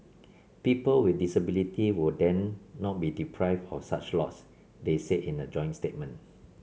people with disability would then not be deprived of such lots they said in a joint statement